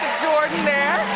jordan there,